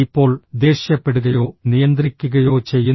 ഇപ്പോൾ ദേഷ്യപ്പെടുകയോ നിയന്ത്രിക്കുകയോ ചെയ്യുന്നു